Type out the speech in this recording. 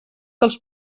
dels